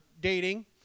dating